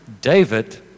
David